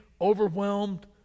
Overwhelmed